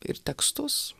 ir tekstus